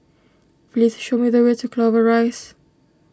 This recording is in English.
please show me the way to Clover Rise